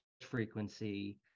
frequency